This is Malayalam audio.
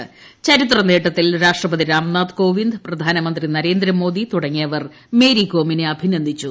ച്ചിതിര്യ്നേട്ടത്തിൽ രാഷ്ട്രപതി രാം നാഥ് കോവിന്ദ് പ്രധാനമന്ത്രി ന്രേന്ദ്രമോദി തുടങ്ങിയവർ മേരികോമിനെ അഭിനന്ദിച്ചു